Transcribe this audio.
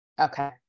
Okay